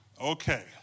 Okay